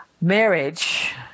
marriage